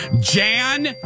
Jan